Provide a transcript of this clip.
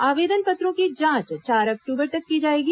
आवेदन पत्रों की जांच चार अक्टूबर तक की जाएगी